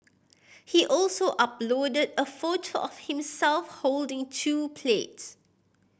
he also uploaded a photo of himself holding two plates